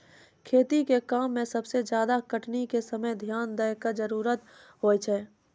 खेती के काम में सबसे ज्यादा कटनी के समय ध्यान दैय कॅ जरूरत होय छै